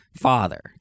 father